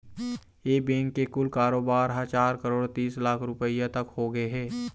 ए bank के कुल कारोबार ह चार करोड़ तीस लाख रूपिया तक होगे हे